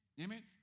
Amen